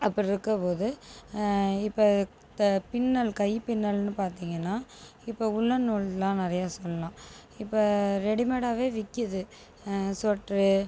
அப்படிருக்க போது இப்போ தான் பின்னல் கை பின்னல்னு பார்த்திங்கன்னா இப்போ உள்ளன் நூல்லாம் நிறைய சொல்லலாம் இப்போ ரெடிமேடாவே விற்கிது சுவட்டரு